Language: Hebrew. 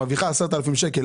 צורך.